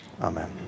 Amen